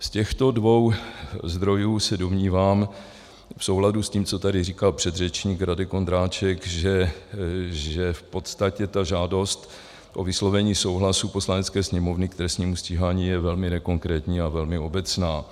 Z těchto dvou zdrojů se domnívám v souladu s tím, co tady říkal předřečník Radek Vondráček, že v podstatě ta žádost o vyslovení souhlasu Poslanecké sněmovny k trestnímu stíhání je velmi nekonkrétní a velmi obecná.